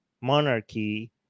monarchy